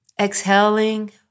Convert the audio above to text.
exhaling